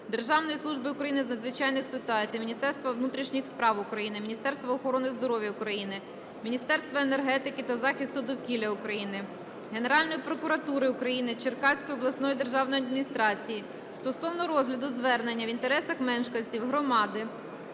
Державної служби України з надзвичайних ситуацій, Міністерства внутрішніх справ України, Міністерства охорони здоров'я України, Міністерства енергетики та захисту довкілля України, Генеральної прокуратури України, Черкаської обласної державної адміністрації стосовно розгляду звернення в інтересах мешканців громади